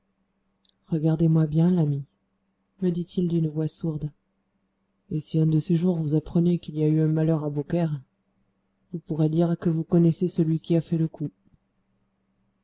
regardez-moi bien l'ami me dit-il d'une voix sourde et si un de ces jours vous apprenez qu'il y a eu un malheur à beaucaire vous pourrez dire que vous connaissez celui qui a fait le coup